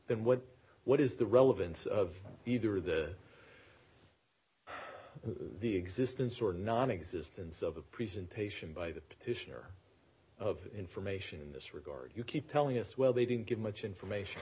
then what what is the relevance of either that or the existence or nonexistence of a presentation by the petitioner of information in this regard you keep telling us well they didn't give much information